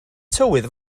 tywydd